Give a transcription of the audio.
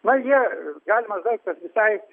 na jie galimas daiktas visai